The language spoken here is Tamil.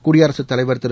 குடியரசுத் தலைவர் திரு